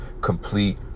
complete